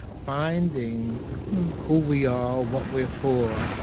finding who we are, what we're for,